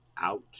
out